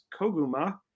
Koguma